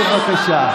בבקשה.